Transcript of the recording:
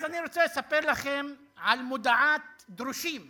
אז אני רוצה לספר לכם על מודעת דרושים